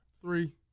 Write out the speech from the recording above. Three